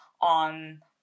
on